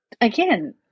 again